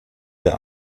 der